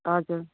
हजुर